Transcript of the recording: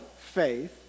faith